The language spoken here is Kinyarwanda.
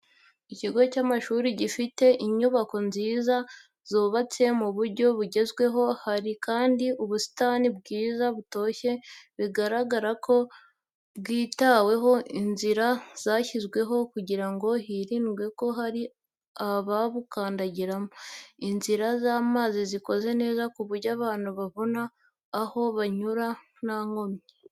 Ikigo cy'amashuri gifite inyubako nziza zubatse mu buryo bugezweho, hari kandi ubusitani bwiza butoshye bigaragara ko bwitaweho, inzira zashyizwemo kugira ngo hirindwe ko hari ababukandagiramo, inzira z'amazi zikoze neza ku buryo abantu babona aho banyura nta nkomyi.